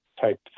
type